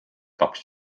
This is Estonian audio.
lapsi